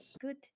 Good